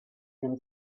them